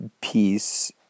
piece